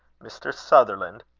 mr. sutherland,